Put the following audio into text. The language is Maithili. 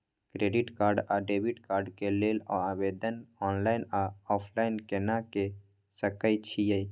क्रेडिट कार्ड आ डेबिट कार्ड के लेल आवेदन ऑनलाइन आ ऑफलाइन केना के सकय छियै?